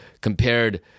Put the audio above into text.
compared